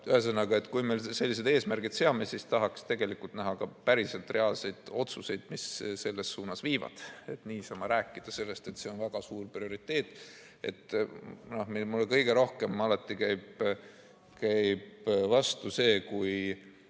ühesõnaga, kui me sellised eesmärgid seame, siis tahaks näha ka päriselt reaalseid otsuseid, mis selles suunas viivad. Niisama rääkida sellest, et see on väga suur prioriteet ... Mulle käib alati kõige rohkem vastu see, kui